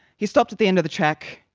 he stopped at the end of the track,